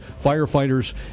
firefighters